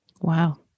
Wow